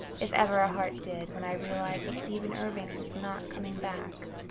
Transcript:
if ever a heart did, when i realized that stephen irving was not coming back.